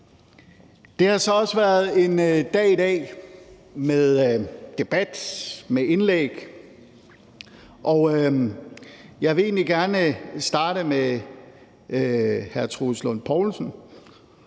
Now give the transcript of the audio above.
Det har så også været en dag i dag med debat og med indlæg, og jeg vil egentlig gerne starte med hr. Troels Lund Poulsen,